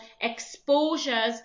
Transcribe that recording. exposures